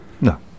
No